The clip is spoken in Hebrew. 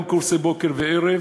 גם קורסי בוקר וערב